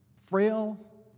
frail